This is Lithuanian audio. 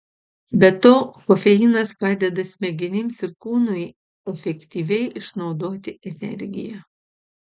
be to kofeinas padeda smegenims ir kūnui efektyviai išnaudoti energiją